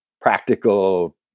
practical